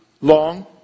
long